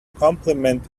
compliment